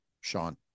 Sean